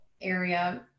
area